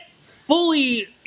fully